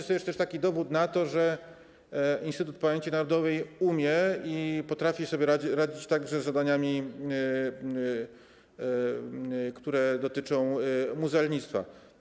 To dowód na to, że Instytut Pamięci Narodowej umie i potrafi sobie radzić także z zadaniami, które dotyczą muzealnictwa.